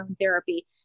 therapy